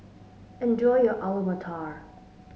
enjoy your Alu Matar